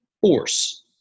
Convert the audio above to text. force